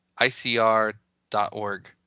icr.org